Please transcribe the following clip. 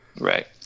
right